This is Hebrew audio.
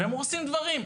והם הורסים דברים.